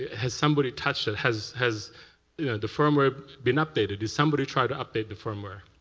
has somebody touched it? has has you know the firmware been updated? has somebody tried to update the firmware?